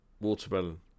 Watermelon